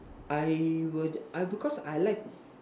I would I because I like